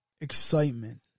excitement